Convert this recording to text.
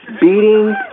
beating